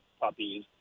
puppies